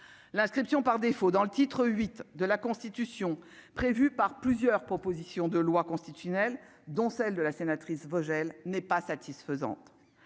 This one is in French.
l'inscription par défaut dans le titre 8 de la Constitution prévue par plusieurs propositions de loi constitutionnelle dont celle de la sénatrice Vogel n'est pas satisfaisante,